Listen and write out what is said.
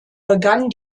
begann